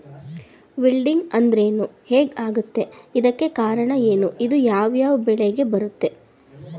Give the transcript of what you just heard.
Wilting ಅಂದ್ರೇನು? ಹೆಗ್ ಆಗತ್ತೆ? ಇದಕ್ಕೆ ಕಾರಣ ಏನು? ಇದು ಯಾವ್ ಯಾವ್ ಬೆಳೆಗೆ ಬರುತ್ತೆ?